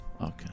Okay